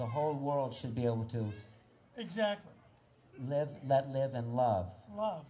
the whole world should be able to exact live that live and love